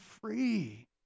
free